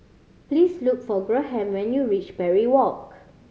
please look for Graham when you reach Parry Walk